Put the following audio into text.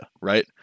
Right